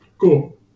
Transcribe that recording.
Cool